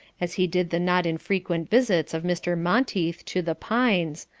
as he did the not infrequent visits of mr. monteith to the pines,